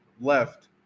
left